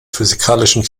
physikalischen